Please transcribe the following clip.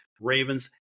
Ravens